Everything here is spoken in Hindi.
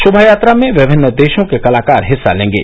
शोभायात्रा में विभिन्न देशों के कलाकार हिस्सा लेंगे